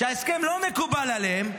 שההסכם לא מקובל עליהם,